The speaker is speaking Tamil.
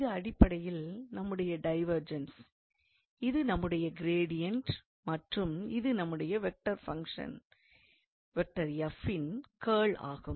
இது அடிப்படையில் நம்முடைய டைவெர்ஜன்ஸ் இது நம்முடைய கிரேடியண்ட் மற்றும் இது நம்முடைய வெக்டார் ஃபங்க்ஷன் இன் கர்ல் ஆகும்